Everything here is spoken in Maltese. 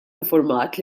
infurmat